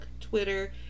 Twitter